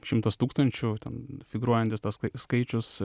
šimtas tūkstančių ten figūruojantis tas skaičius